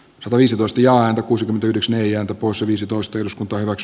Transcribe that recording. se voisi postiaan kuusikymmentäyhdeksän eija usa viisitoista jos päiväks